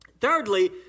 Thirdly